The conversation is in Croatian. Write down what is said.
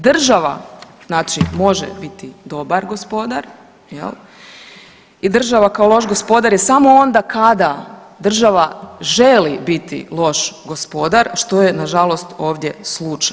Država, znači može biti dobar gospodar, je l', i država kao loš gospodar je samo onda kada država želi biti loš gospodar, što je nažalost ovdje slučaj.